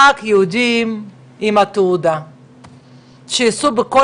משום שהוא יכול להוות פתרון כל עוד מדינת ישראל לא תעשה את הדבר